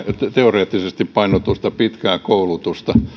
teoreettisesti painottunutta pitkää koulutusta